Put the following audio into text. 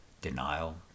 denial